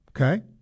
Okay